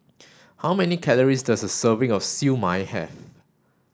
how many calories does a serving of Siew Mai have